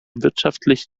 wirtschaftlich